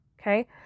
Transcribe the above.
okay